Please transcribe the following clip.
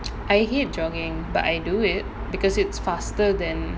I hate jogging but I do it because it's faster than